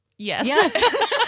Yes